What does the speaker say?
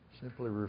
simply